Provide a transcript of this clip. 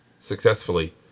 successfully